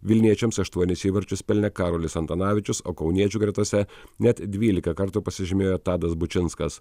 vilniečiams aštuonis įvarčius pelnė karolis antanavičius o kauniečių gretose net dvylika kartų pasižymėjo tadas bučinskas